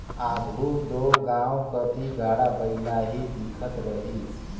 आघु दो गाँव कती गाड़ा बइला ही दिखत रहिस